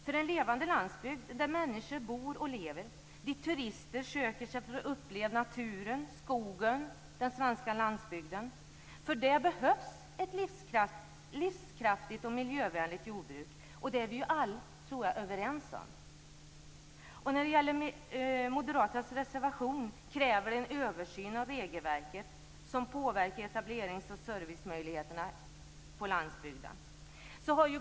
För en levande landsbygd där människor bor och lever och dit turister söker sig för att uppleva naturen - skogen och den svenska landsbygden - behövs det ett livskraftigt och miljövänligt jordbruk. Det tror jag att vi alla är överens om. I Moderaternas reservation krävs det en översyn av regelverket, som påverkar etablerings och servicemöjligheterna på landsbygden.